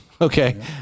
Okay